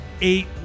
eight